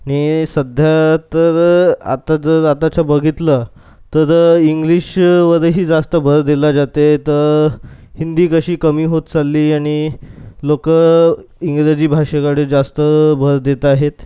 नी सध्या तर आता जर आताचं बघितलं तर इंग्लिशवरही जास्त भर दिला जाते तर हिंदी कशी कमी होत चालली आणि लोक इंग्रजी भाषेकडे जास्त भर देत आहेत